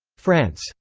france.